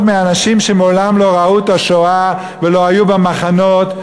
מאנשים שמעולם לא ראו את השואה ולא היו במחנות,